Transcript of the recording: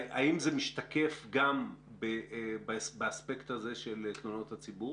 האם זה משתקף גם באספקט הזה של תלונות הציבור?